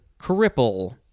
cripple